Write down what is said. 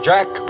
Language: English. Jack